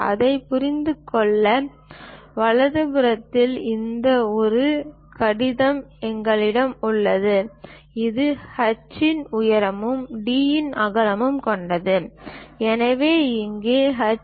அதைப் புரிந்து கொள்ள வலது புறத்தில் இந்த I கடிதம் எங்களிடம் உள்ளது இது h இன் உயரமும் d இன் அகலமும் கொண்டது எனவே இங்கே h 2